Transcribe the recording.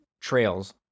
Trails